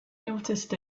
noticed